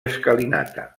escalinata